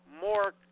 more